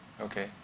Okay